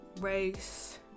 race